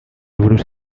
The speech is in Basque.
buruz